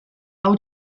hau